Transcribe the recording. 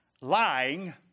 lying